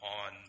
on